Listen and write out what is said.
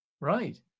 Right